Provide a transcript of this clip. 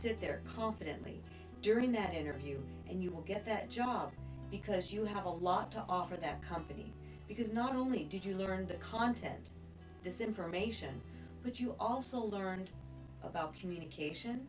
there during that interview and you will get that job because you have a lot to offer that company because not only did you learn the content this information but you also learned about communication